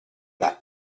that